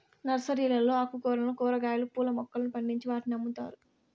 నర్సరీలలో ఆకుకూరలను, కూరగాయలు, పూల మొక్కలను పండించి వాటిని అమ్ముతారు